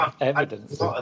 evidence